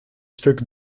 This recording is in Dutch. stuk